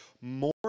more